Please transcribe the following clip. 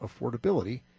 affordability